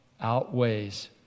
outweighs